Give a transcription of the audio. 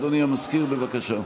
אדוני המזכיר, בבקשה.